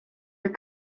your